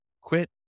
Quit